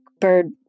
Bird